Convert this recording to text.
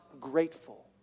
grateful